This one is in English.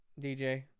DJ